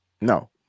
No